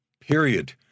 period